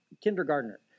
kindergartner